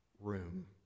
room